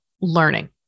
learning